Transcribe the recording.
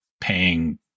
paying